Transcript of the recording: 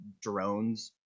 drones